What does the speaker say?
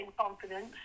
confidence